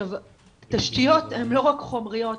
עכשיו תשתיות הם לא רק חומריות,